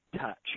touch